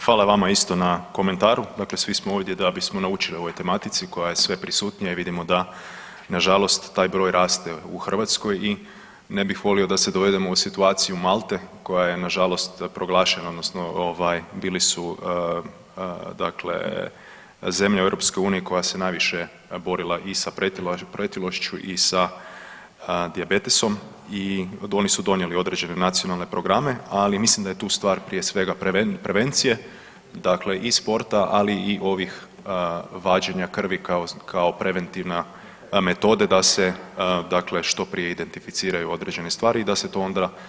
Hvala vama isto na komentaru, dakle svi smo ovdje da bismo naučili o ovoj tematici koja je sve prisutnija i vidimo da nažalost taj broj raste u Hrvatskoj i ne bih volio da se dovedemo u situaciju Malte koja je nažalost proglašena odnosno bili su zemlje EU koja se najviše borila i sa pretilošću i sa dijabetesom i oni su donijeli određene nacionalne programe, ali mislim da je tu stvar prije svega prevencije i sporta i ovih vađenja krvi kao preventivna metoda da se što prije identificiraju određene stvari i da se to onda kontrolira.